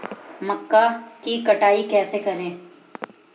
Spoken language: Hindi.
मक्का की कटाई कैसे करें?